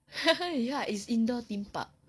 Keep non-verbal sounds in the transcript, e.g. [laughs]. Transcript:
[laughs] ya it's indoor theme park